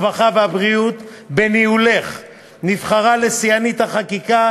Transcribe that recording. הרווחה והבריאות בניהולך נבחרה לשיאנית החקיקה